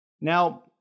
Now